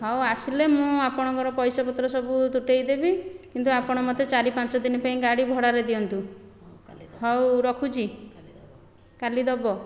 ହେଉ ଆସିଲେ ମୁଁ ଆପଣଙ୍କର ପଇସାପତ୍ର ସବୁ ତୁଟାଇ ଦେବି କିନ୍ତୁ ଆପଣ ମୋତେ ଚାରି ପାଞ୍ଚ ଦିନ ପାଇଁ ଗାଡ଼ି ଭଡ଼ାରେ ଦିଅନ୍ତୁ ହେଉ ରଖୁଛି କାଲି ଦେବ